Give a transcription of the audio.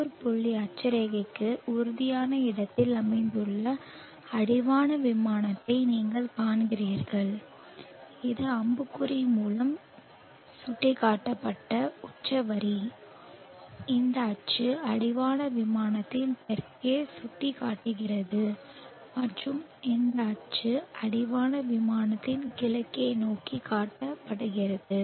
உள்ளூர் புள்ளி அட்சரேகைக்கு உறுதியான இடத்தில் அமைந்துள்ள அடிவான விமானத்தை நீங்கள் காண்கிறீர்கள் இது அம்புக்குறி மூலம் சுட்டிக்காட்டப்பட்ட உச்ச வரி இந்த அச்சு அடிவான விமானத்தில் தெற்கே சுட்டிக்காட்டுகிறது மற்றும் இந்த அச்சு அடிவான விமானத்தில் கிழக்கு நோக்கி சுட்டிக்காட்டுகிறது